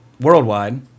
worldwide